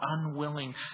unwilling